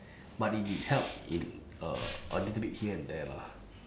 but it did help in uh a little bit here and there lah